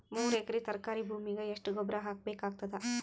ಮೂರು ಎಕರಿ ತರಕಾರಿ ಭೂಮಿಗ ಎಷ್ಟ ಗೊಬ್ಬರ ಹಾಕ್ ಬೇಕಾಗತದ?